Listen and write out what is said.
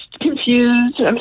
confused